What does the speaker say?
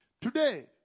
Today